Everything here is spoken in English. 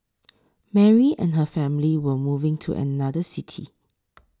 Mary and her family were moving to another city